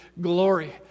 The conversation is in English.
glory